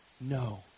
No